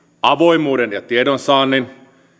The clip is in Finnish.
avoimuuden ja tiedonsaannin